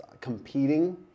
competing